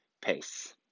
pace